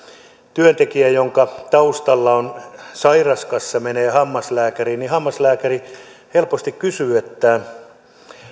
työntekijä jonka taustalla on sairauskassa menee hammaslääkäriin niin hammaslääkäri helposti kysyy että